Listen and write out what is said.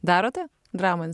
darote dramą